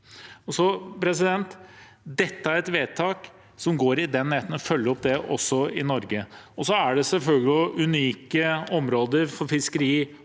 Dette er et vedtak som går i retning av å følge opp dette også i Norge. Det er selvfølgelig også unike områder for fiskeri